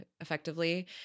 effectively